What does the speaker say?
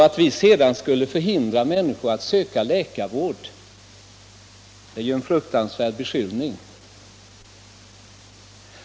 Att vi skulle hindra människor att söka läkarvård är en fruktansvärd beskyllning.